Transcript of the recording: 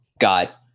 got